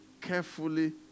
carefully